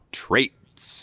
traits